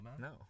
No